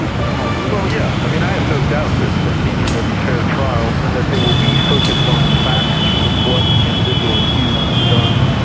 and for the whole world? well yes, i mean i have no doubt that that these are going to be fair trials and that they will be focused on the facts of what an individual accused has done,